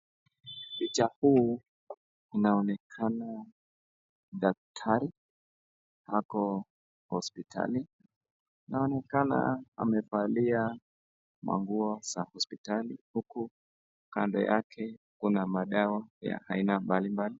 Picha huu inaonekana daktari ako hospitali inaonekana amevalia manguo za hospitali, huku kando yake kuna dawa ya aina mbalimbali.